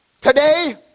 Today